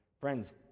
friends